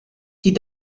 die